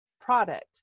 product